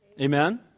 Amen